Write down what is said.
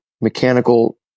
mechanical